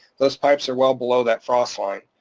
those pipes are well below that frost line,